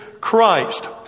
Christ